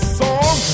song